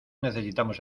necesitamos